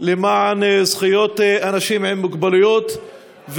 למען זכויות אנשים עם מוגבלות,